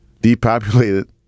depopulated